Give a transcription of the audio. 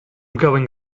going